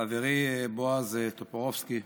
חברי בועז טופורובסקי,